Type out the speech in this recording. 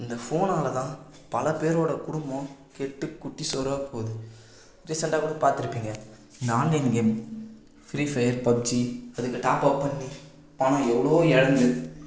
இந்த ஃபோனால்தான் பலபேரோட குடும்பம் கெட்டு குட்டிசுவராக போது ரீசண்ட்டாககூட பார்த்திருப்பிங்க இந்த online game free fire PUBG அதுக்கு டாப்ஆப் பண்ணி பணம் எவ்வளவோ இழந்து